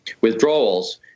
withdrawals